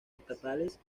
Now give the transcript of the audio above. estatales